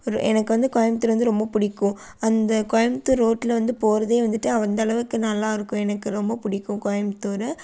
எனக்கு வந்து கோயமுத்தூர் வந்து ரொம்ப பிடிக்கும் அந்த கோயமுத்தூர் ரோட்டில் வந்து போகிறதே வந்துட்டு அந்தளவுக்கு நல்லாயிருக்கும் எனக்கு ரொம்ப பிடிக்கும் கோயமுத்தூர்